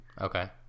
Okay